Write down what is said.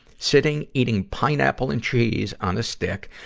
sitting, eating pineapple and cheese on a stick,